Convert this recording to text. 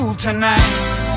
tonight